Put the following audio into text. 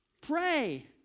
Pray